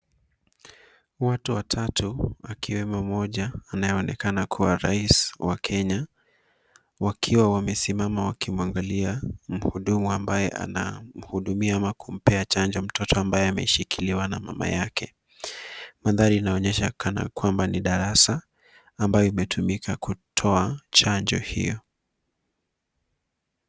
Watu watatu, akiwemo mmoja anayeonekana kuwa rais wa Kenya, wakiwa wamesimama wakimwangalia mhudumu ambaye anamhudumia ama kumpea chanjo mtoto ambaye ameshikiliwa na mama yake. Mandhari inaonyesha kana kwamba ni darasa ambayo imetumika kutoa chanjo hiyo.